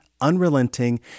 unrelenting